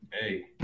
Hey